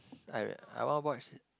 I I want watch